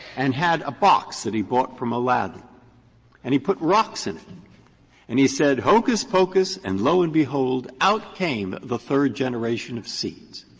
and had a box that he bought from a lab and he put rocks in it and he said, hocus-pocus and lo and behold out came the third generation of seeds,